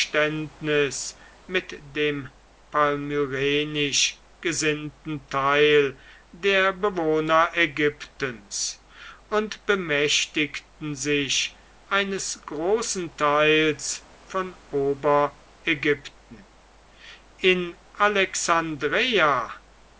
mit dem palmyrenisch gesinnten teil der bewohner ägyptens und bemächtigten sich eines großen teils von oberägypten in alexandreia